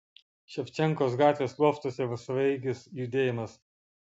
ševčenkos gatvės loftuose savaeigis judėjimas